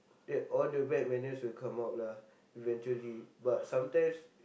that all the bad manners will come out lah eventually but sometimes